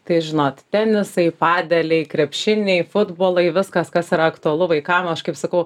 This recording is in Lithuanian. tai žinot tenisai padeliai krepšiniai futbolai viskas kas yra aktualu vaikam aš kaip sakau